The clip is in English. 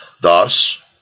Thus